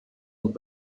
und